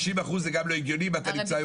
50% זה גם לא הגיוני אם אתה נמצא היום ב-80%.